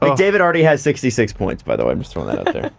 mcdavid already has sixty six points by the way. i'm just throwing that out there.